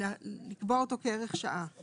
אפשרות לקבוע אותו כערך שעה.